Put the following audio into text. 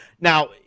Now